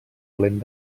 lent